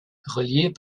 reliés